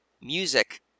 music